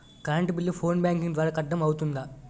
Current bill phone banking ద్వారా కట్టడం అవ్తుందా?